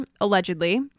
allegedly